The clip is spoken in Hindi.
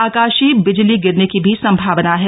आकाशीय बिजली गिरने की भी संभावना है